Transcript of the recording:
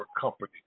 company